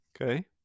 okay